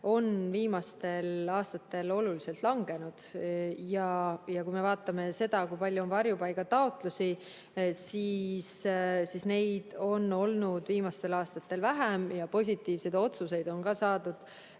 viimastel aastatel oluliselt langenud ja kui me vaatame seda, kui palju on varjupaigataotlusi, siis neid on olnud viimastel aastatel vähem ja ka positiivseid otsuseid on saadud